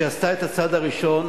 שעשתה את הצעד הראשון,